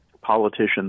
politicians